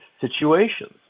situations